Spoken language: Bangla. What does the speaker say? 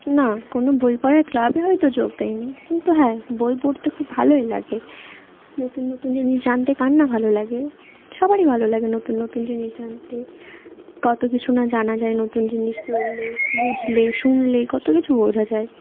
না কোনো বই পড়ার ক্লাবে হয়তো যোগ দেয় নি কিন্তু হ্যাঁ বই পড়তে খুব ভালোই লাগে নতুন নতুন জিনিস জানতে কার না ভালো লাগে সবারই ভালো লাগে নতুন নতুন জিনিস জানতে কতো কিছু না জানা যায় নতুন জিনিস পড়লে বুঝলে শুনলে কতো কিছু বোঝা যায়